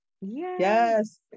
Yes